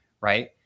right